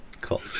Cool